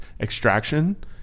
extraction